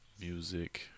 Music